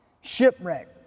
shipwreck